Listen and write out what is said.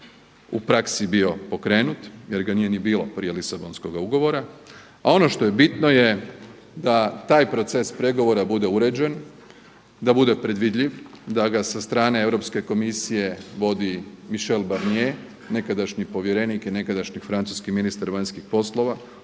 u praksi bio pokrenut jer ga nije ni bilo prije Lisabonskog ugovora. A ono što je bitno je da taj proces pregovora bude uređen, da bude predvidljiv, da ga sa strane europske komisije vodi Michel Barnier nekadašnji povjerenik i nekadašnji francuski ministar vanjskih poslova